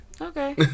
Okay